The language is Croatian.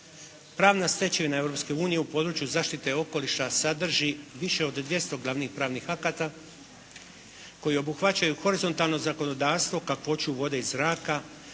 Pravna stečevina Europske unije u području zaštite okoliša sadrži više od 200 glavnih pravnih akata koji obuhvaćaju horizontalno zakonodavstvo, kakvoću vode i zraka,